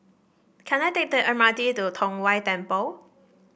can I take the M R T to Tong Whye Temple